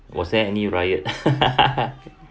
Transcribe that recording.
was there any riot